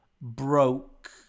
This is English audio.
broke